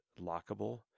lockable